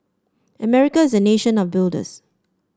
America is a nation of builders